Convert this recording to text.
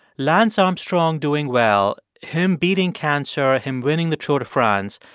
lance armstrong doing well, him beating cancer, him winning the tour de france,